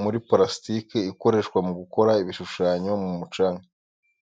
mu parasitike ikoreshwa mu gukora ibishushanyo mu mucanga.